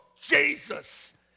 Jesus